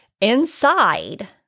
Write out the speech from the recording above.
Inside